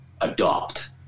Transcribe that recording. adopt